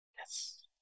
Yes